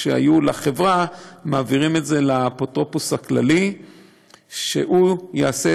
לא חושב את החשיבה הרוחבית, הנכונה והעקרונית.